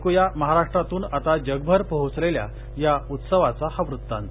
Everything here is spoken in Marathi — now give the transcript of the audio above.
ऐकूया महाराष्ट्रातून आता जगभर पोहोचलेल्या या उत्सवाचा हा वृत्तांत